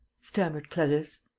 stammered clarisse.